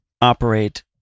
operate